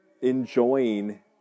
enjoying